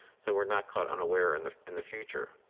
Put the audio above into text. so we're not caught unaware in the in the future.